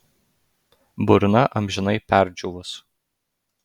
burna amžinai perdžiūvus